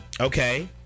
Okay